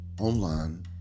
online